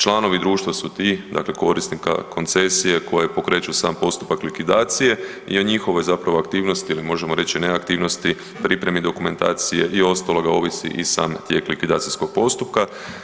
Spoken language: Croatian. Članovi društva su ti dakle korisnika koncesije koji pokreću sam postupak likvidacije i o njihovoj aktivnosti ili možemo reći neaktivnosti, pripremi dokumentacije i ostaloga ovisi i sam tijek likvidacijskog postupka.